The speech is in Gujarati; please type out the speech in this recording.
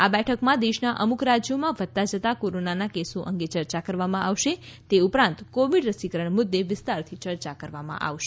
આ બેઠકમાં દેશના અમુક રાજ્યોમાં વધતાં જતાં કોરોના કેસો અંગે ચર્ચા કરવામાં આવશે તે ઉપરાંત કોવિડ રસીકરણ મુદ્દે વિસ્તારથી ચર્ચા કરવામાં આવશે